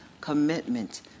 commitment